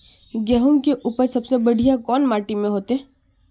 गेहूम के उपज सबसे बढ़िया कौन माटी में होते?